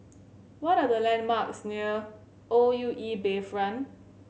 what are the landmarks near O U E Bayfront